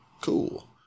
Cool